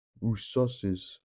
resources